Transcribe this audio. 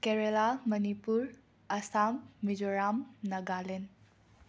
Kerala Manipur Assam Mizoram Nagaland